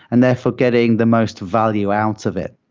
and therefore, getting the most value out of it.